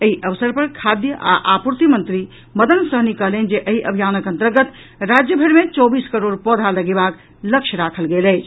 एहि अवसर पर खाद्य आ आपूर्ति मंत्री मदन सहनी कहलनि जे एहि अभियानक अन्तर्गत राज्यभरि मे चौबीस करोड़ पौधा लगेबाक लक्ष्य राखल गेल अछि